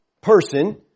person